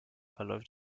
verläuft